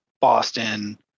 Boston